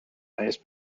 highest